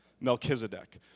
Melchizedek